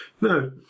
no